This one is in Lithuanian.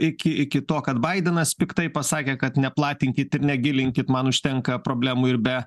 iki iki to kad baidenas piktai pasakė kad neplatinkit ir negilinkit man užtenka problemų ir be